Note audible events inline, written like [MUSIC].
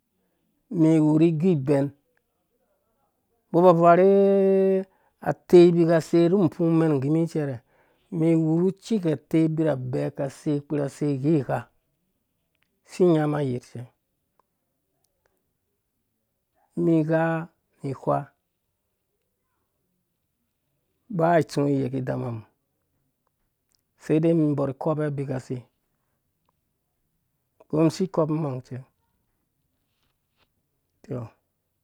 Mi iwuri ibɛn umbɔ aba avarhe [HESITATION] atei abika aseiru upfungman ingini icɛrɛ umum iwuru cika atei abivabe aka sei akpura asei ighigha isi inyama ayɛrhcɛ umum igha ihwa ba itsuwa yeki idan umum. sede umum undɔr ikɔbe abikasei ko isi ikobu imangcɛ tɔ